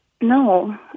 No